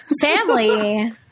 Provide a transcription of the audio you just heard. Family